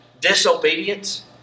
disobedience